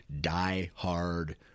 die-hard